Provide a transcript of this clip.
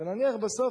ונניח בסוף,